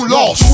Lost